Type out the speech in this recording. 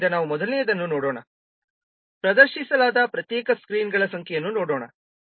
ಆದ್ದರಿಂದ ನಾವು ಮೊದಲನೆಯದನ್ನು ನೋಡೋಣ ಪ್ರದರ್ಶಿಸಲಾದ ಪ್ರತ್ಯೇಕ ಸ್ಕ್ರೀನ್ಗಳ ಸಂಖ್ಯೆಯನ್ನು ನೋಡೋಣ